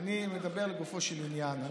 אני מדבר לגופו של עניין.